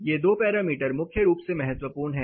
ये दो पैरामीटर मुख्य रूप से महत्वपूर्ण हैं